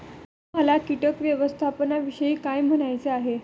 तुम्हाला किटक व्यवस्थापनाविषयी काय म्हणायचे आहे?